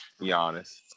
Giannis